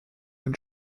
une